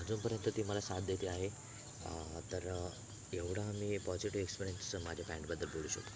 अजुनपर्यंत ती मला साथ देते आहे तर एवढा मी पॉझिटिव्ह एक्सपेरेन्स माझ्या पॅन्टबद्दल बोलू शक